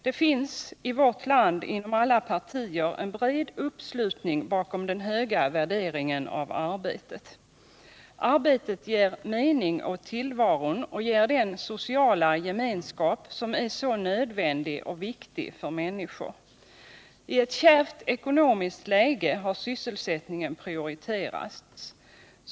Det finns här inom alla partier en bred uppslutning bakom den höga värderingen av arbetet. Arbetet ger mening åt tillvaron och ger den sociala gemenskap som är så nödvändig och viktig för människor. I ett kärvt ekonomiskt läge har sysselsättningen prioriterats.